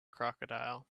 crocodile